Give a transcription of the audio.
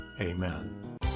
Amen